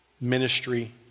ministry